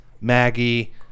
Maggie